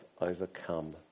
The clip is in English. overcome